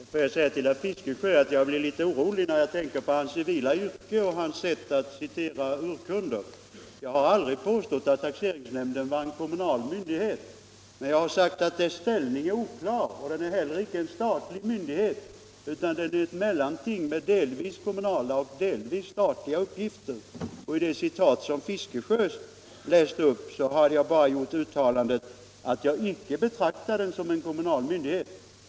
Herr talman! Låt mig säga till herr Fiskesjö att jag blir litet orolig när jag tänker på hans civila yrke och hans sätt att citera urkunder. Jag har aldrig påstått att taxeringsnämnden är en kommunal myndighet, men jag har sagt att dess ställning är oklar. Taxeringsnämnden är inte heller en statlig myndighet utan ett mellanting med delvis kommunala och delsvis statliga uppgifter. I det uttalande som herr Fiskesjö citerade har jag bara sagt att jag icke betraktar taxeringsnämnden som en kommunal myndighet.